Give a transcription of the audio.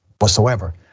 whatsoever